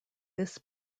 this